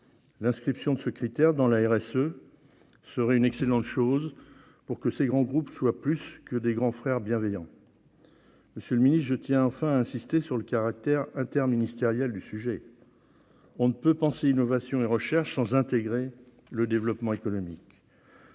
L'inscription de ce critère dans la RSE serait une excellente chose, afin que ces grands groupes soient plus que des « grands frères bienveillants ». Monsieur le ministre, j'insisterai enfin sur le caractère interministériel du sujet. On ne peut penser innovation et recherche sans intégrer le développement économique.